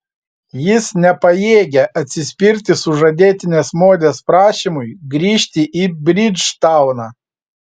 jis nepajėgia atsispirti sužadėtinės modės prašymui grįžti į bridžtauną